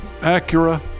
Acura